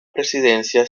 presidencia